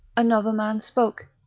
another man spoke.